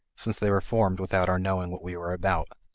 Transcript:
since they were formed without our knowing what we were about.